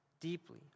Deeply